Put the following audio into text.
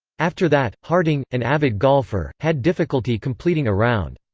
after that, harding, an avid golfer, had difficulty completing a round.